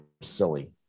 silly